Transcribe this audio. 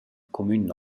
cumün